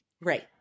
right